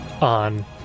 on